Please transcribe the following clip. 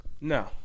No